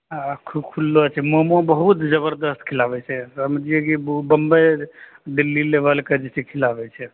खुललो छै मोमो बहुत जबरदस्त खियाबै छै समझिये कि ओ बम्बइ दिल्ली लेवलके जे छै से खियाबै छै